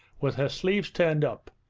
with her sleeves turned up,